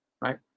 right